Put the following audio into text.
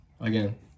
Again